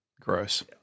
gross